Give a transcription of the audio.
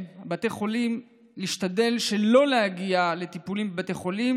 בתי החולים להשתדל שלא להגיע לטיפולים בבתי החולים